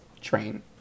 train